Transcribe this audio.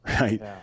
right